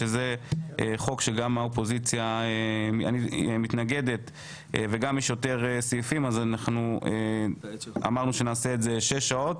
שזה חוק שגם האופוזיציה מתנגדת וגם יש בו יותר סעיפים שש שעות.